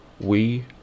We